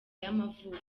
y’amavuko